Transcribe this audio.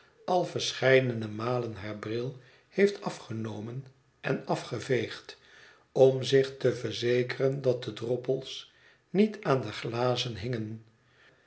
al verscheidene malen haar bril heeft afgenomen en afgeveegd om zich te verzekeren dat de droppels niet aan de glazen hingen